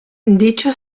dicho